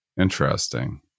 Interesting